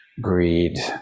greed